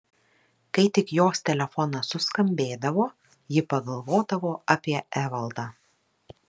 kai tik jos telefonas suskambėdavo ji pagalvodavo apie evaldą